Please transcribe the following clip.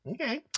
Okay